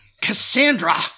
Cassandra